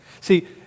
See